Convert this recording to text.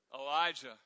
Elijah